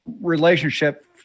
relationship